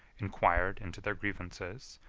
inquired into their grievances,